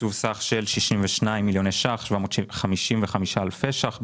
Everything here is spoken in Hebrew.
תקצוב סך של 62 מיליוני שקלים ו-755 אלפי שקלים בהוצאה.